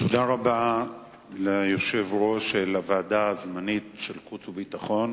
תודה רבה ליושב-ראש של ועדת החוץ והביטחון הזמנית,